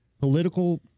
Political